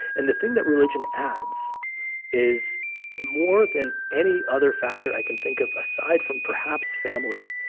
and the thing that religion adds is more than any other factor i can think of, aside from perhaps family,